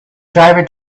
driver